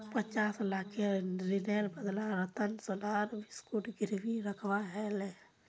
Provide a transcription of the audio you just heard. पचास लाखेर ऋनेर बदला रतनक सोनार बिस्कुट गिरवी रखवा ह ले